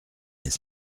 n’est